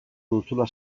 duzula